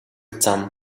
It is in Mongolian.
зам